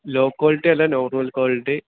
law quality അല്ല normal quality